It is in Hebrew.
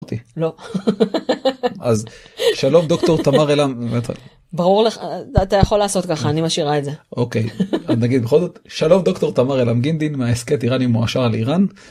אז שלום דוקטור תמר אלעם גינדין מההסכת איראני אל מואשה על איראן.